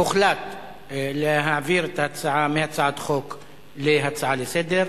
הוחלט להעביר את ההצעה מהצעת חוק להצעה לסדר-היום,